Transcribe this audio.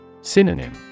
Synonym